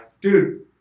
dude